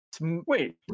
Wait